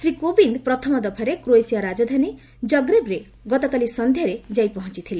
ଶ୍ରୀ କୋବିନ୍ଦ ପ୍ରଥମ ଦଫାରେ କ୍ରୋଏସିଆ ରାଜଧାନୀ ଜଗ୍ରେବରେ ଗତକାଲି ସନ୍ଧ୍ୟାରେ ଯାଇ ପହଞ୍ଚିଥିଲେ